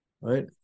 Right